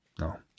No